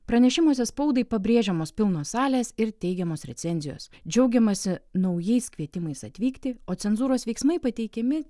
pranešimuose spaudai pabrėžiamos pilnos salės ir teigiamos recenzijos džiaugiamasi naujais kvietimais atvykti o cenzūros veiksmai pateikiami